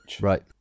Right